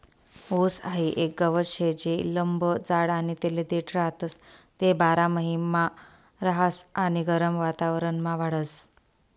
ऊस हाई एक गवत शे जे लंब जाड आणि तेले देठ राहतस, ते बारामहिना रहास आणि गरम वातावरणमा वाढस